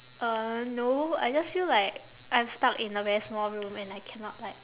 uh no I just feel like I'm stuck in a very small room and I cannot like